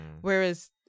Whereas